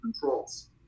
controls